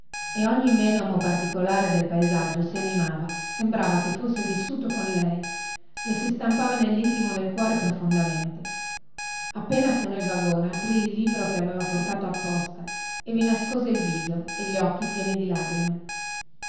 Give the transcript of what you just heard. e ogni menomo particolare del paesaggio si animava sembrava che fosse vissuto con lei le si stampava nellintimo del cuore profondamente appena fu nel vagone aprì il libro che aveva portato apposta e vi nascose il viso e gli occhi pieni di lagrime